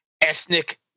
ethnic